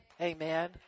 Amen